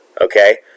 Okay